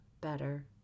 better